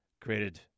created